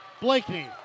Blakeney